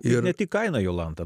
ir ne tik kaina jolanta